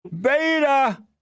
Beta